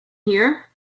here